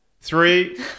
three